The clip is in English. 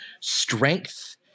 strength